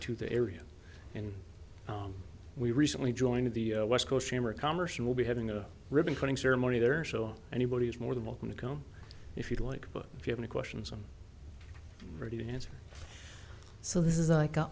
to the area and we recently joined the west coast chamber of commerce who will be having a ribbon cutting ceremony there so anybody is more than welcome to come if you'd like but if you have any questions i'm ready to answer so this is like